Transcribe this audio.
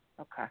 Okay